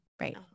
Right